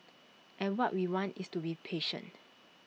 and what we want is to be patient